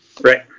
Right